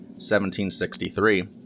1763